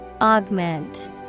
Augment